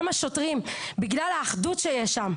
בגלל האחדות שיש שם,